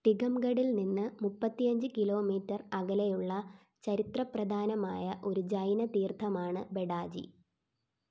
ടികംഗഡിൽ നിന്ന് മുപ്പത്തഞ്ച് കിലോമീറ്റർ അകലെയുള്ള ചരിത്ര പ്രധാനമായ ഒരു ജൈന തീർത്ഥമാണ് ബഡാജി